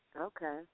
Okay